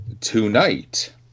tonight